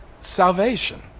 Salvation